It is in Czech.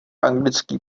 anglický